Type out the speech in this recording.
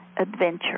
adventure